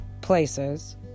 places